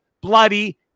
bloody